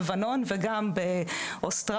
לבנון וגם באוסטרליה,